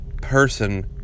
person